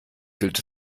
gilt